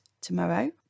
tomorrow